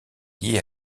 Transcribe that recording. liée